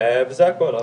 וזה הכל.